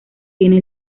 tiene